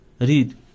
read